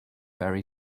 very